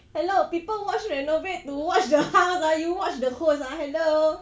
hello people watch renovaid to watch the house ah you watch the host ah hello